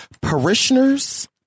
parishioners